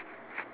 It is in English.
ya